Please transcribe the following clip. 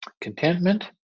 contentment